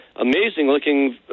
amazing-looking